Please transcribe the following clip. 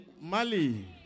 Mali